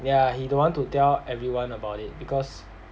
yeah he don't want to tell everyone about it because